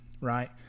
right